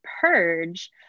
purge